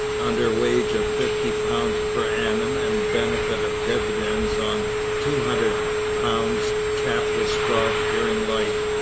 under wage of fifty pounds per annum and benefit of dividends on two hundred pounds capital stock during life,